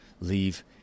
leave